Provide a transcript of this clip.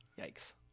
Yikes